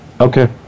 Okay